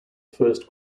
first